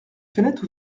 fenêtre